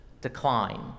decline